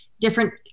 different